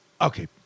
Okay